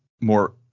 more